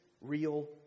real